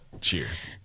cheers